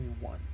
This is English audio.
one